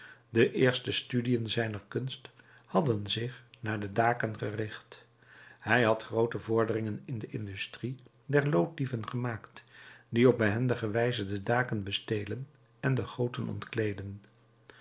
de eerste studiën zijner kunst hadden zich naar de daken gericht hij had groote vorderingen in de industrie der looddieven gemaakt die op behendige wijze de daken bestelen en de goten ontkleeden